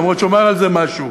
למרות שאומר על זה משהו.